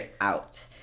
out